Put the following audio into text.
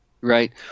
Right